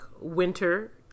winter